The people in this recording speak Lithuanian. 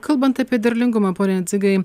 kalbant apie derlingumą pone dzigai